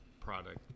product